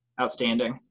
outstanding